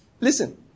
Listen